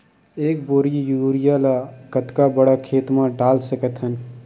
एक बोरी यूरिया ल कतका बड़ा खेत म डाल सकत हन?